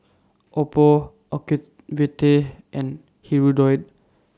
Oppo Ocuvite and Hirudoid